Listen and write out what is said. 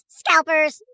scalpers